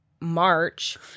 March